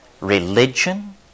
religion